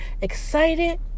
excited